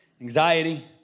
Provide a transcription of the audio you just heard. anxiety